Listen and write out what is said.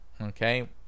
Okay